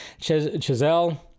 Chazelle